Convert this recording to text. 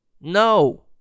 no